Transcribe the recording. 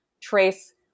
trace